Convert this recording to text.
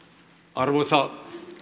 arvoisa